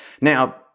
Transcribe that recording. Now